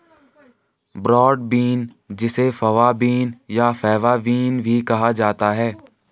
broad bean जिसे fava bean या faba bean भी कहा जाता है